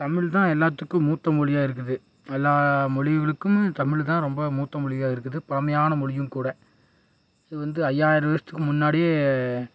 தமிழ் தான் எல்லாத்துக்கும் மூத்த மொழியாக இருக்குது எல்லா மொழிகளுக்கும் தமிழ் தான் ரொம்ப மூத்த மொழியாக இருக்குது பழமையான மொழியும் கூட இது வந்து ஐயாயிரம் வருஷத்துக்கு முன்னாடியே